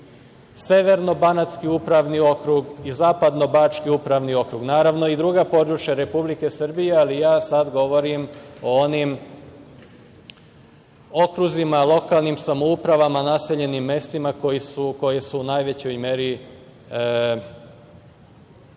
severno-banatski upravni okrug i zapadno-bački upravni okrug. Naravno, i druga područja Republike Srbije, ali ja sada govorim o onim okruzima, lokalnim samoupravama, naseljenim mestima koja se u najvećoj meri pogođena